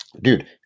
dude